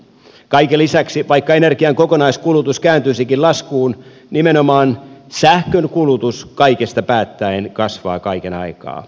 kaiken lisäksi vaikka energian kokonaiskulutus kääntyisikin laskuun nimenomaan sähkön kulutus kaikesta päättäen kasvaa kaiken aikaa